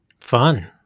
fun